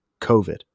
COVID